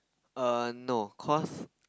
err no cause